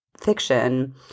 fiction